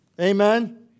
Amen